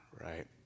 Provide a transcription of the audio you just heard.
right